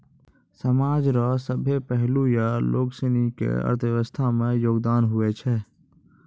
समाज रो सभ्भे पहलू या लोगसनी के अर्थव्यवस्था मे योगदान हुवै छै